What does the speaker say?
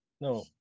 no